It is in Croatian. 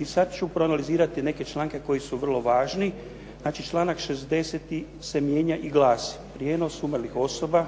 I sada ću proanalizirati neke članke koji su vrlo važni. Znači članak 60. se mijenja i glasi: "Prijenos umrlih osoba